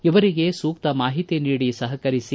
ಇವರಿಗೆ ಸೂಕ್ತ ಮಾಹಿತಿ ನೀಡಿ ಸಹಕರಿಸಿ